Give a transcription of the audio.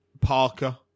Parker